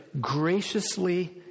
graciously